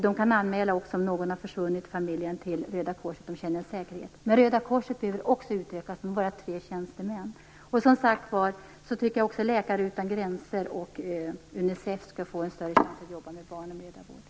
De kan också göra en anmälan till Röda korset om någon i familjen har försvunnit, vilket gör att de känner säkerhet. Men Röda korset behöver också utökas. Där arbetar bara tre tjänstemän. Som sagt var tycker jag att också Läkare utan gränser och Unicef skall få större chans att jobba med barn och med mödravård.